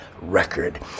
record